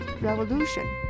Revolution